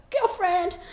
girlfriend